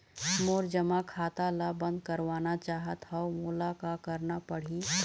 मोर जमा खाता ला बंद करवाना चाहत हव मोला का करना पड़ही?